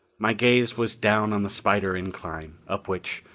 my gaze was down on the spider incline, up which,